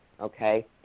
Okay